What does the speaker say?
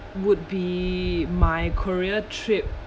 would be my korea trip